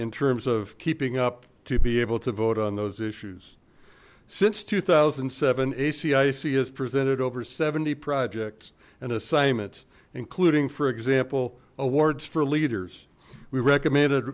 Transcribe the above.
in terms of keeping up to be able to vote on those issues since two thousand and seven a cic has presented over seventy projects and assignments including for example awards for leaders we recommended